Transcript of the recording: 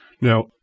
Now